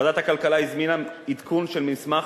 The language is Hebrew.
ועדת הכלכלה הזמינה עדכון של מסמך